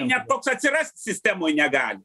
net toks atsirast sistemoj negali